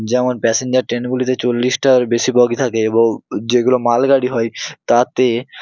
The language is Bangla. যেমন প্যাসেঞ্জার ট্রেনগুলিতে চল্লিশটার বেশি বগি থাকে এবং যেগুলো মাল গাড়ি হয় তাতে